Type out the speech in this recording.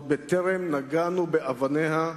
ועוד בטרם נגענו באבניה,